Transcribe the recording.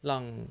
让